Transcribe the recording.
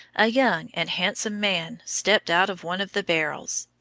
a young and handsome man stepped out of one of the barrels.